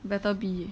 better be